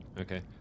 Okay